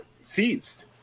seized